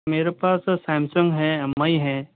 میرے پاس سیمسنگ ہے ایم آئی ہے